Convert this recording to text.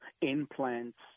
implants